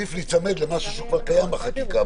עדיף להיצמד למשהו שכבר קיים בחקיקה,